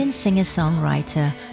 singer-songwriter